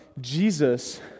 Jesus